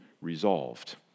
resolved